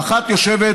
האחת יושבת